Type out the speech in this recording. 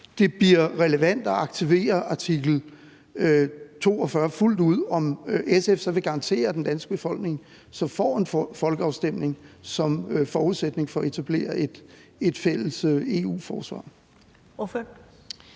det bliver relevant at aktivere artikel 42 fuldt ud, at den danske befolkning får en folkeafstemning som forudsætning for at etablere et fælles EU-forsvar.